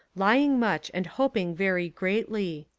lying much and hoping very greatly.